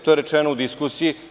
To je rečeno u diskusiji.